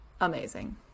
amazing